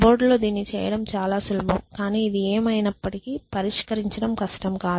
board లో దీన్ని చేయడం చాలా సులభం కానీ ఇది ఏమైనప్పటికీ పరిష్కరించడం కష్టం కాదు